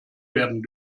werden